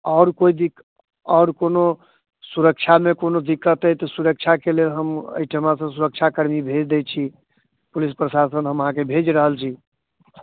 आओर कोइ दिक्क आओर कोनो सुरक्षामे कोनो दिक्कत अइ तऽ सुरक्षाके लेल हम अइठमक सुरक्षाकर्मी भेज दै छी पुलिस प्रशासन हम अहाँके भेज रहल छी